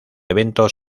eventos